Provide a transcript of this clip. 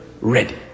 ready